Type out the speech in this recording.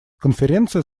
конференция